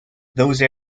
those